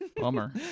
Bummer